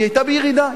היתה בירידה,